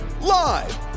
live